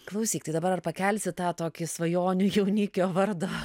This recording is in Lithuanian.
klausyk tai dabar pakelsiu tą tokį svajonių jaunikio vardą